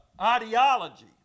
ideology